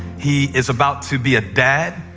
he is about to be a dad,